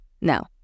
Now